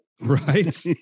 right